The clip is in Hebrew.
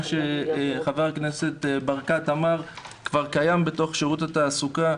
מה שחבר הכנסת ברקת ציין כבר קיים בתוך שירות התעסוקה.